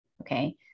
Okay